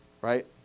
Right